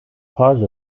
part